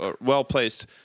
well-placed